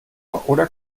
oder